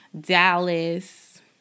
Dallas